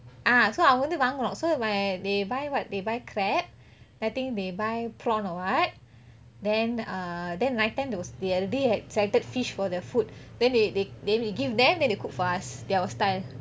ah so அவங்க வந்து வாங்கணும்:avenge vanthu vaangenum so they buy what they buy crab then I think they buy prawn or [what] then err then night time they had already selected fish for the food then they they they we give them then they cook for us their style